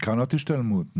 קרנות השתלמות.